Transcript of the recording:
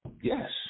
Yes